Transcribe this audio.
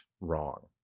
wrong